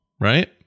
right